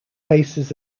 basis